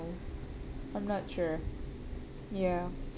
know I'm not sure ya